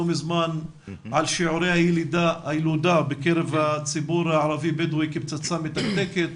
מזמן על שיעורי הילודה בקרב הציבור הערבי-בדואי כפצצה מתקתקת.